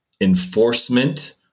enforcement